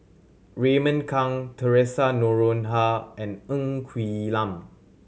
Raymond Kang Theresa Noronha and Ng Quee Lam